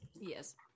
Yes